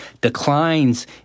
declines